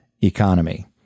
economy